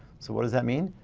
so what does that mean?